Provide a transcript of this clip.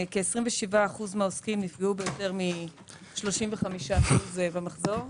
כ-27% מן העוסקים נפגעו ביותר מ-35% במחזור.